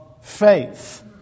faith